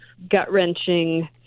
gut-wrenching